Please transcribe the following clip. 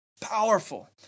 powerful